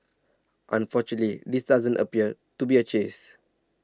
this doesn't appear to be a chase